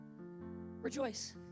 Rejoice